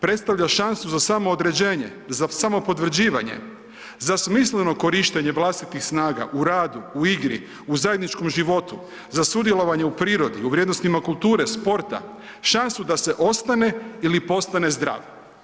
Predstavlja šansu za samoodređenje, za samopotvrđivanje, za smišljeno korištenje vlastitih snaga u radu, u igri, u zajedničkom životu, za sudjelovanje u prirodi, u vrijednostima kulture, sporta, šansu da se ostane ili postane zdrav.